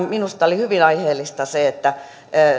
minusta oli hyvin aiheellista se että